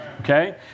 Okay